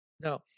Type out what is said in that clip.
Now